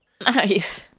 Nice